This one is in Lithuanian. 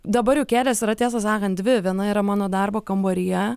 dabar jau kėdės yra tiesą sakant dvi viena yra mano darbo kambaryje